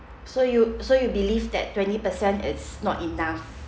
so you so you believe that twenty percent it's not enough